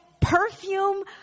perfume